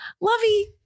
Lovey